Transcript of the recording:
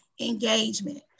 engagement